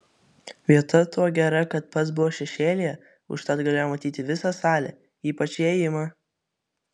vieta tuo gera kad pats buvo šešėlyje užtat galėjo matyti visą salę ypač įėjimą